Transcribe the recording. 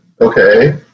Okay